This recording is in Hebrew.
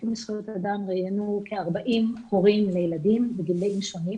רופאים לזכויות אדם ראיינו כ-40 הורים לילדים בגילאים שונים,